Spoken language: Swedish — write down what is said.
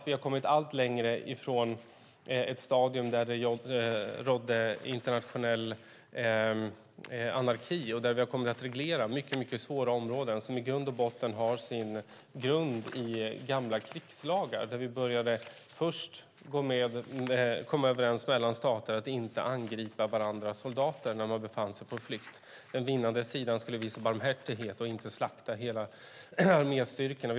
Vi har kommit allt längre från ett stadium där det rådde internationell anarki. Vi har kommit att reglera mycket svåra områden där reglerna har sin grund i gamla krigslagar. Vi började först komma överens mellan staterna att inte angripa varandras soldater när de befann sig på flykt. Den vinnande sidan skulle visa barmhärtighet och inte slakta hela arméstyrkorna.